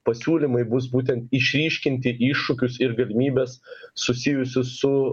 pasiūlymai bus būtent išryškinti iššūkius ir galimybes susijusius su